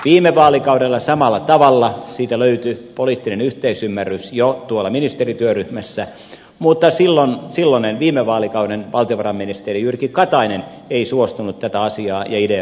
viime vaalikaudella samalla tavalla siitä löytyi poliittinen yhteisymmärrys jo tuolla ministerityöryhmässä mutta silloinen viime vaalikauden valtiovarainministeri jyrki katainen ei suostunut tätä asiaa ja ideaa viemään eteenpäin